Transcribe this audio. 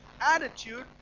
attitude